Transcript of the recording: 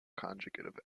conjugate